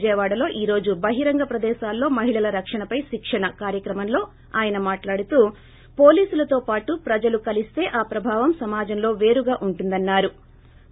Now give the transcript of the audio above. విజయవాడలో ఈ రోజు బహింరంగ ప్రదేశాల్లో మహిళల రక్షణపై శిక్షణ కార్యక్రమంలో ఆయన మాట్లాడుతూ పోలీసులతో పాటు ప్రజలు కలిస్తే ఆ ప్రభావం సమాజంలో పేరుగా ఉంటుందని చెప్పారు